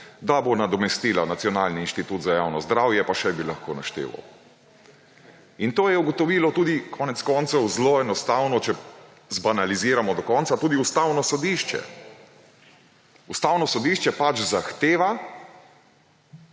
da bo nadomestila Nacionalni inštitut za javno zdravje, pa še bi lahko našteval. To je ugotovilo tudi konec koncev zelo enostavno, če zbanaliziramo do konca, tudi Ustavno sodišče. Ustavno sodišče zahteva,